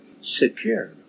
secure